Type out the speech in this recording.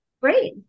Great